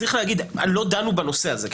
צריך להגיד שלא דנו בנושא הזה.